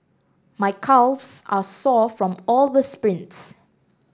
my calves are sore from all the sprints